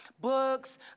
books